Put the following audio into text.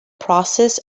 process